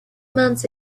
months